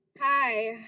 Hi